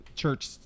church